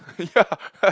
yeah